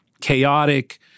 chaotic